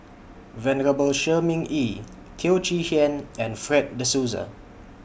Venerable Shi Ming Yi Teo Chee Hean and Fred De Souza